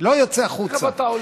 לא יוצא החוצה.